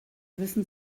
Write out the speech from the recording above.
wissen